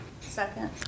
Second